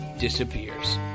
disappears